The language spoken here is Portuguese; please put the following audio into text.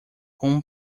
rum